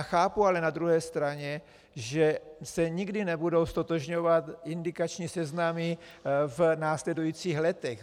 Chápu ale na druhé straně, že se nikdy nebudou ztotožňovat indikační seznamy v následujících letech.